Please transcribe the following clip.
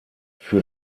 für